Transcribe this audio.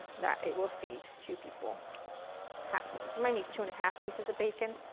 that it will feed two people happily. may need two and a half pieces of bacon,